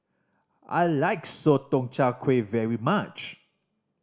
I like Sotong Char Kway very much